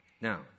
Now